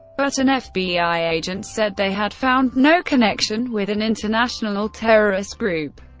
but an fbi agent said they had found no connection with an international terrorist group.